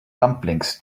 dumplings